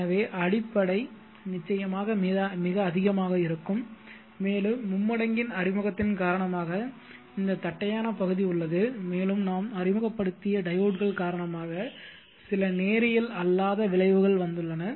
எனவே அடிப்படை நிச்சயமாக மிக அதிகமாக இருக்கும் மேலும் மும்மடங்கின் அறிமுகத்தின் காரணமாக இந்த தட்டையான பகுதி உள்ளது மேலும் நாம் அறிமுகப்படுத்திய டையோட்கள் காரணமாக சில நேரியல் அல்லாத விளைவுகள் வந்துள்ளன